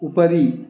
उपरि